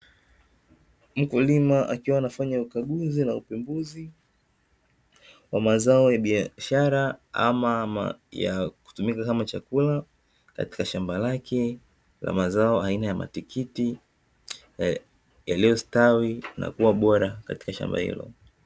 Mkulima akiwa anafanya ukaguzi na upembuzi wa mazao ya biashara ama ya kutumika kama chakula, katika shamba lake la mazao aina ya matikiti yaliyostawi na kuwa bora katika shamba hilo.